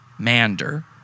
Mander